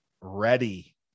ready